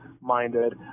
minded